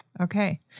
Okay